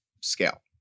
scale